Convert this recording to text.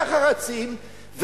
ככה רצים,